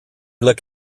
look